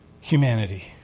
humanity